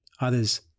Others